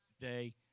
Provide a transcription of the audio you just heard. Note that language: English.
Day